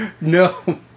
No